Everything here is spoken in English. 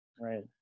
Right